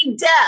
death